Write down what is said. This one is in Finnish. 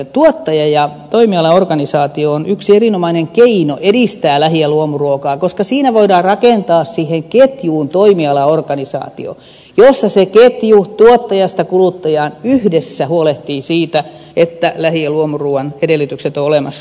tuottaja ja toimialaorganisaatio on yksi erinomainen keino edistää lähi ja luomuruokaa koska siinä voidaan rakentaa siihen ketjuun toimialaorganisaatio jossa se ketju tuottajasta kuluttajaan yhdessä huolehtii siitä että lähi ja luomuruuan edellytykset ovat olemassa